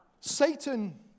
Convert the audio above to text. Satan